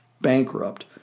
bankrupt